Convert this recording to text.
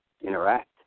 interact